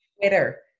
Twitter